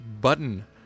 button